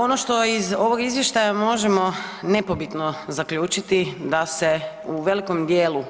Ono što iz ovog izvještaja možemo nepobitno zaključiti da se u velikom dijelu